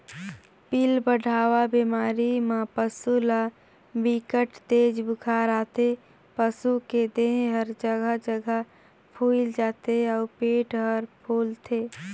पिलबढ़वा बेमारी म पसू ल बिकट तेज बुखार आथे, पसू के देह हर जघा जघा फुईल जाथे अउ पेट हर फूलथे